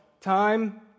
time